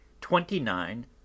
twenty-nine